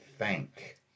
Thank